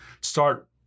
start